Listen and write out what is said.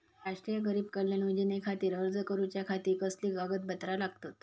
राष्ट्रीय गरीब कल्याण योजनेखातीर अर्ज करूच्या खाती कसली कागदपत्रा लागतत?